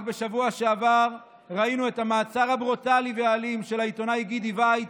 רק בשבוע שעבר ראינו את המעצר הברוטלי והאלים של העיתונאי גידי וייץ,